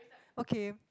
okay